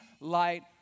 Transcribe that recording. light